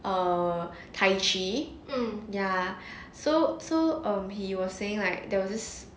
ah tai chi ya so so um he was saying like there was this